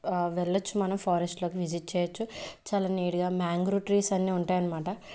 వెళ్ళచ్చు మనం ఫారెస్ట్లోకి విజిట్ చేయచ్చు చాలా నీడ్గా మ్యాంగ్రూ ట్రీస్ అన్నీ ఉంటాయన్మాట